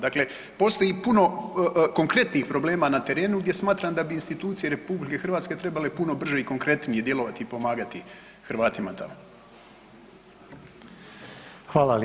Dakle, postoji puno konkretnih problema na terenu gdje smatram da bi institucije RH trebale puno brže i konkretnije djelovati i pomagati Hrvatima tamo.